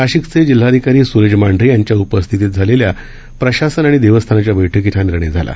नाशिकचे जिल्हाधिकारी स्रज मांढरे यांच्या उपस्थितीत झालेल्या प्रशासन आणि देवस्थानच्या बैठकीत हा निर्णय झाला